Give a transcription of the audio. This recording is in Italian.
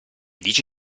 dice